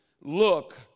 look